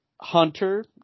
Hunter